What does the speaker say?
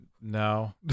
no